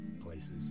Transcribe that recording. places